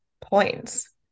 points